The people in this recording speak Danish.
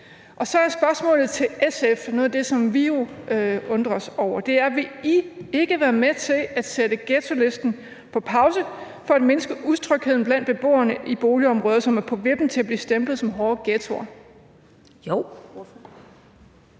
til private. Det er jo noget af det, som vi undrer os over, og så er spørgsmålet til SF: Vil I ikke være med til at sætte ghettolisten på pause for at mindske utrygheden blandt beboerne i boligområder, som er på vippen til at blive stemplet som hårde ghettoer? Kl. 14:13